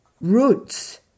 roots